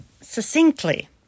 succinctly